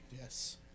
Yes